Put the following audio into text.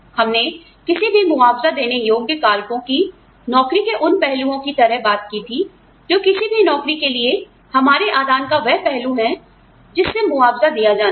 हमने किसी भी मुआवजा देने योग्य कारकों की नौकरी के उन पहलुओं की तरह बात की थी जो किसी भी नौकरी के लिए हमारे आदान का वह पहलू है जिससे मुआवजा दिया जाना है